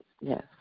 yes